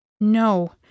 No